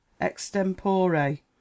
Extempore